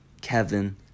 Kevin